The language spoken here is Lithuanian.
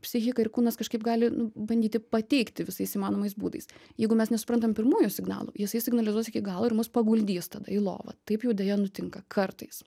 psichika ir kūnas kažkaip gali bandyti pateikti visais įmanomais būdais jeigu mes nesuprantam pirmųjų signalų jisai signalizuos iki galo ir mus paguldys tada į lovą taip jau deja nutinka kartais